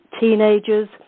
teenagers